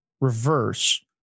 reverse